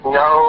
no